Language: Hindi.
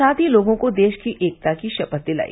साथ ही लोगों को देश की एकता की शपथ दिलाई